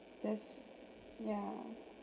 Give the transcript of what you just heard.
just yeah